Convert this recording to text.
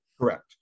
correct